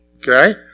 Okay